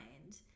mind